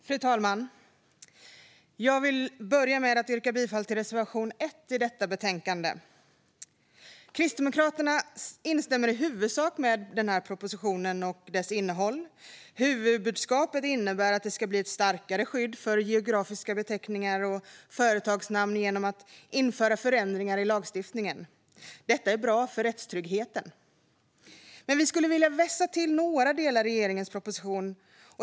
Fru talman! Jag vill börja med att yrka bifall till reservation 1 i detta betänkande. Kristdemokraterna instämmer i huvudsak i propositionens innehåll. Huvudbudskapet innebär att det ska bli ett starkare skydd för geografiska beteckningar och företagsnamn genom att man inför förändringar i lagstiftningen. Detta är bra för rättstryggheten. Men vi skulle vilja vässa några delar i regeringens proposition.